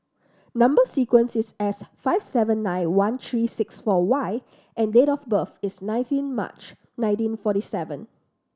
number sequence is S five seven nine one three six four Y and date of birth is nineteen March nineteen forty seven